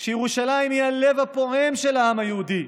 שירושלים היא הלב הפועם של העם היהודי,